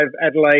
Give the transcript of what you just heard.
Adelaide